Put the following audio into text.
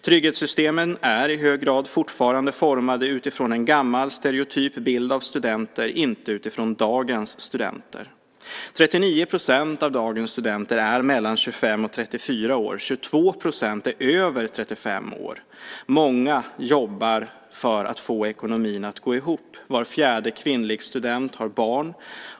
Trygghetssystemen är i hög grad fortfarande formade utifrån en gammal stereotyp bild av studenter, inte utifrån dagens studenter. 39 % av dagens studenter är mellan 25 och 34 år, 22 % är över 35 år. Många jobbar för att få ekonomin att gå ihop. Var fjärde kvinnlig student har barn.